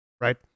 right